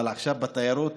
אבל עכשיו בתיירות